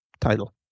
title